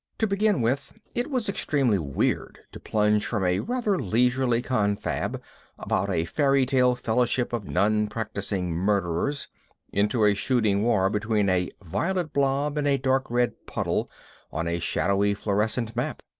to begin with, it was extremely weird to plunge from a rather leisurely confab about a fairy-tale fellowship of non-practicing murderers into a shooting war between a violet blob and a dark red puddle on a shadowy fluorescent map.